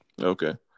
Okay